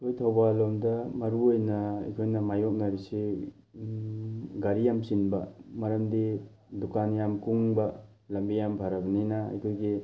ꯑꯩꯈꯣꯏ ꯊꯧꯕꯥꯜ ꯂꯣꯝꯗ ꯃꯔꯨꯑꯣꯏꯅ ꯑꯩꯈꯣꯏꯅ ꯃꯥꯌꯣꯛꯅꯔꯤꯁꯤ ꯒꯥꯔꯤ ꯌꯥꯝꯅ ꯆꯤꯟꯕ ꯃꯔꯝꯗꯤ ꯗꯨꯀꯥꯟ ꯌꯥꯝ ꯀꯨꯡꯕ ꯂꯝꯕꯤ ꯌꯥꯝ ꯐꯔꯝꯅꯤꯅ ꯑꯩꯈꯣꯏꯒꯤ